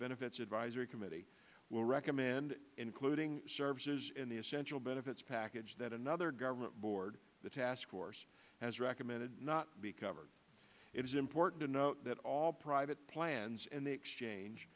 benefits advisory committee will recommend including services in the essential benefits package that another government board the task force has recommended not be covered it is important to note that all private plans in the exchange